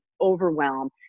overwhelmed